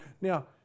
Now